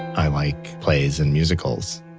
i like plays and musicals,